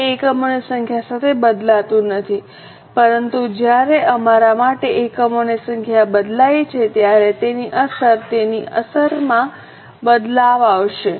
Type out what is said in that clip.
તે એકમોની સંખ્યા સાથે બદલાતું નથી પરંતુ જ્યારે અમારા માટે એકમોની સંખ્યા બદલાય છે ત્યારે તેની અસર તેની અસરમાં બદલાવ આવશે